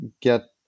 get